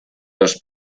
los